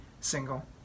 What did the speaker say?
single